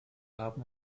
haben